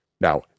Now